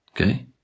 okay